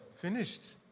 Finished